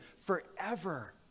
forever